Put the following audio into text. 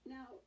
Now